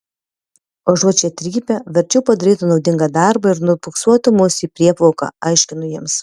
užuot čia trypę verčiau padarytų naudingą darbą ir nubuksuotų mus į prieplauką aiškinu jiems